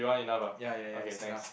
ya ya ya it's enough